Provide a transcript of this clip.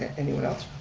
anyone else?